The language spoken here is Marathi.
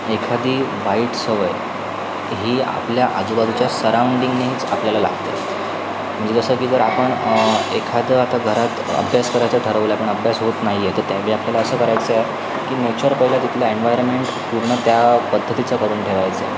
एखादी वाईट सवय ही आपल्या आजूबाजूच्या सराऊंडींगनीच आपल्याला लागते म्हणजे जसं की जर आपण एखादं आता घरात अभ्यास करायचं ठरवलं पण अभ्यास होत नाही आहे तर त्यावेळी आपल्याला असं करायचं आहे की नेचर पहिले तिथलं एन्व्हायरमेंट पूर्ण त्या पद्धतीचं करून ठेवायचं आहे